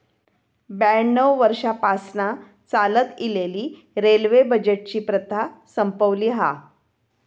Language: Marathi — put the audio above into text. ब्याण्णव वर्षांपासना चालत इलेली रेल्वे बजेटची प्रथा संपवली हा